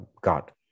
God